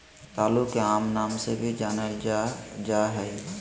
रतालू के आम नाम से भी जानल जाल जा हइ